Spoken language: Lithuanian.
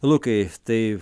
lukai tai